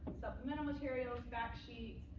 supplemental materials, fact sheets.